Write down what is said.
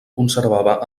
conservava